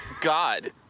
God